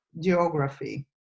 geography